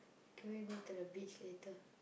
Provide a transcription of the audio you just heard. can we go to the beach later